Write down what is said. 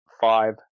five